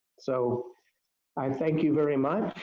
so i thank you very much.